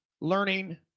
learning